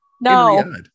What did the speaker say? no